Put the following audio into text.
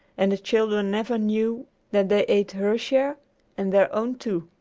and the children never knew that they ate her share and their own, too.